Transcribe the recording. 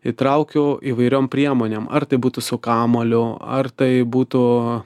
įtraukiau įvairiom priemonėm ar tai būtų su kamuoliu ar tai būtų